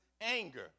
anger